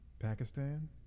Pakistan